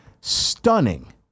stunning